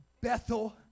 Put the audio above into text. Bethel